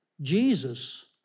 Jesus